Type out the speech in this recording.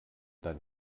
dann